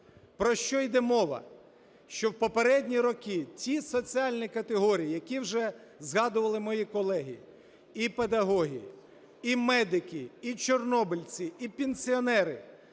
Про що йде мова? Що у попередні роки ті соціальні категорії, які вже згадували мої колеги, і педагоги, і медики, і чорнобильці, і пенсіонери